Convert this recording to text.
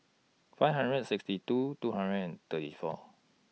five hundred and sixty two two hundred and thirty four